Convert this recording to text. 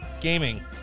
gaming